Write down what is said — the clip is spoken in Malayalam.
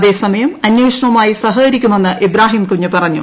അതേസമയം അന്വേഷണവുമായി സഹകരിക്കുമെന്ന് ഇബ്രാഹിംകുഞ്ഞ് പറഞ്ഞു